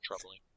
troubling